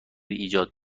ایجاد